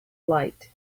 light